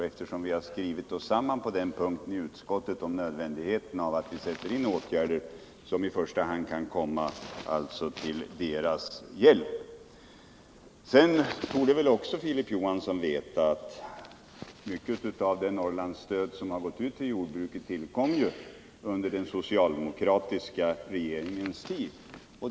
Vi har också i utskottet skrivit oss samman om nödvändigheten av åtgärder som i första hand kan vara till dessa ungdomars hjälp. Sedan torde också Filip Johansson veta att mycket av det Norrlandsstöd som utgått till jordbruket tillkom under den socialdemokratiska regeringens tid.